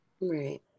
right